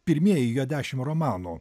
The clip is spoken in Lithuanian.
pirmieji jo dešimt romanų